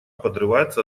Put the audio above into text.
подрывается